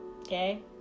Okay